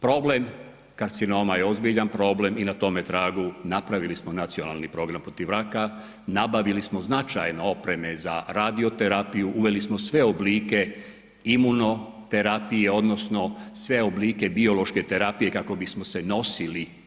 Problem karcinoma je ozbiljan problem i na tome tragu napravili smo Nacionalni program protiv raka, nabavili smo značajno opreme za radioterapiju, uveli smo sve oblike imunoterapije odnosno sve oblike biološke terapije kako bismo se nosili.